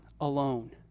alone